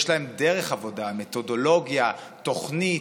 יש להם דרך עבודה, מתודולוגיה, תוכנית,